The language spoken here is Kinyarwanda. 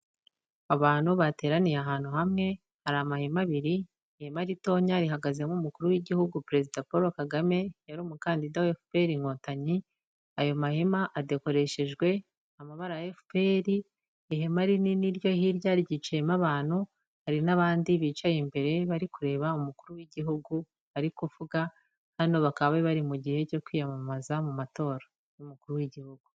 Abantu bateraniye ahantu hamwe, hari amahema abiri, ihema ritonya rihagazemo umukuru w'igihugu perezida Paul Kagame, yari umukandida wa FPR Inkotanyi, ayo mahema adekoreshejwe amabara ya FPR, ihema rinini ryo hirya ryicayemo abantu, hari n'abandi bicaye imbere, bari kureba umukuru w'igihugu ari kuvuga, hano bakaba bari bari mu gihe cyo kwiyamamaza mu matora y'umukuru w'igihugu.